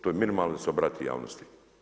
To je minimalno da se obrati javnosti.